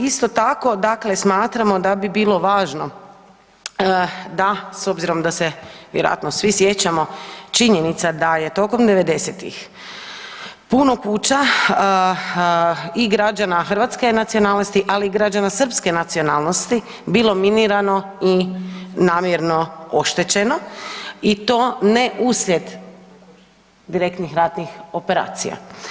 Isto tako dakle smatramo da bi bilo važno da s obzirom da se vjerojatno svi sjećamo činjenica da je tokom '90.-tih puno kuća i građana hrvatske nacionalnosti, ali i građana srpske nacionalnosti bilo minirano i namjerno oštećeno i to ne uslijed direktnih ratnih operacija.